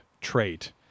trait